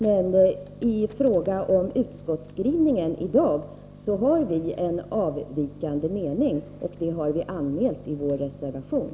Men i fråga om utskottsskrivningen har vi en avvikande mening, och det har vi anmält i vår reservation.